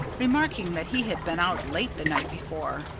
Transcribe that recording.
remarking that he had been out late the night before,